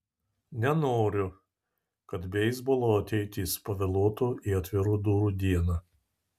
nenoriu kad beisbolo ateitis pavėluotų į atvirų durų dieną